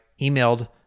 emailed